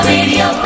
Radio